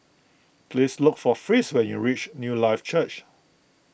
please look for Fritz when you reach Newlife Church